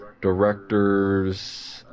director's